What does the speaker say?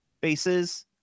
bases –